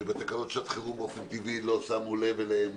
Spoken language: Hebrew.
שבתקנות שעת חירום, באופן טבעי, לא שמו לב אלינו,